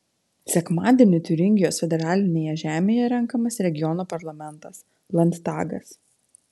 sekmadienį tiuringijos federalinėje žemėje renkamas regiono parlamentas landtagas